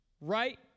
right